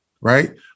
right